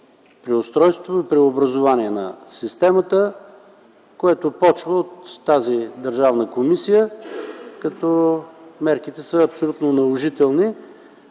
преустройство и преобразуване на системата, което започва от тази държавна комисия, като мерките са абсолютно наложителни.